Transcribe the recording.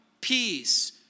peace